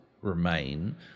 ...remain